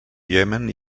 iemen